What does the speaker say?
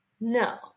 No